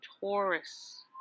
Taurus